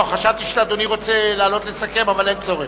חשבתי שאדוני רוצה לעלות לסכם, אבל אין צורך.